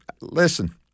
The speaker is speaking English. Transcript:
listen